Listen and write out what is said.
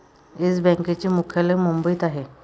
yes बँकेचे मुख्यालय मुंबईत आहे